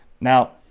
Now